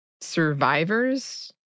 survivors